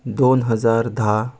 दोन हजार धा